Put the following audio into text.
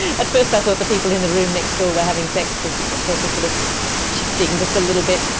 at first i thought the people in the room next door were having sex because the bed was sort of shifting just a little bit.